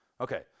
Okay